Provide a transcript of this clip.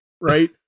Right